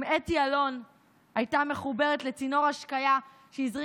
אם אתי אלון הייתה מחוברת לצינור השקיה שהזרים